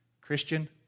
Christian